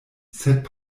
sed